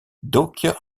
doekje